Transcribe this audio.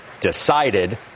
decided